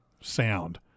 sound